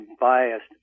biased